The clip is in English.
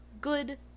good